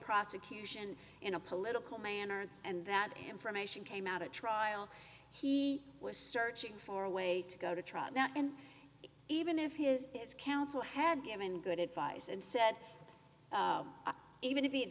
prosecution in a political manner and that information came out at trial he was searching for a way to go to trial and even if he is his counsel had given good advice and said even if it